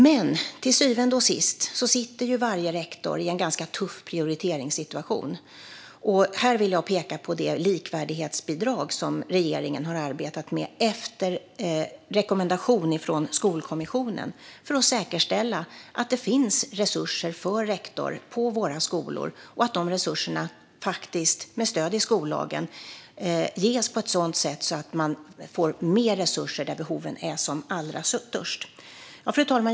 Men till syvende och sist sitter varje rektor i en ganska tuff prioriteringssituation. Här vill jag peka på det likvärdighetsbidrag som regeringen har arbetat med efter rekommendation från Skolkommissionen för att säkerställa att det finns resurser för rektorerna på våra skolor och att dessa resurser faktiskt, med stöd i skollagen, ges på ett sådant sätt att det blir mer resurser där behoven är som allra störst. Fru talman!